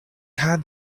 had